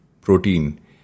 protein